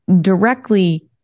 directly